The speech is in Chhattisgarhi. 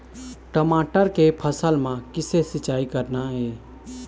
टमाटर के फसल म किसे सिचाई करना ये?